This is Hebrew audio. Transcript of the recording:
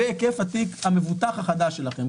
נגיד: זה היקף התיק המבוטח החדש שלכם.